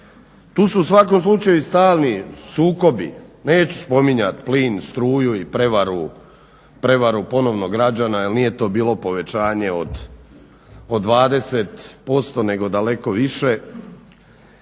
Tu su u svakom slučaju i stalni sukobi, neću spominjati plin, struju i prevaru ponovno građana jer nije to bilo povećanje od 20% nego daleko više.